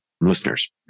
listeners